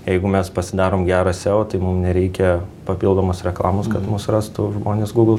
jeigu mes pasidarom gerą seo tai mum nereikia papildomos reklamos kad mus rastų žmonės google